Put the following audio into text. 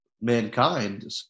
mankind